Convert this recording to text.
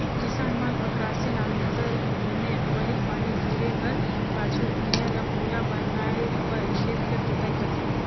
किसान मन अकरासी नांगर मे पहिल पानी गिरे कर पाछू भुईया ल पोला बनाए बर खेत कर जोताई करथे